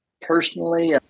personally